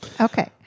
Okay